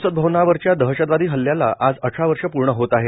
संसद भवनावरच्या दहशतवादी हल्ल्याला आज अठरा वर्ष पूर्ण होत आहेत